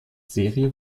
serie